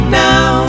now